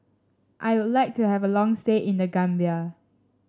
I would like to have a long stay in The Gambia